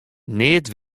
neat